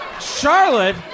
Charlotte